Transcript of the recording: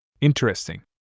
Interesting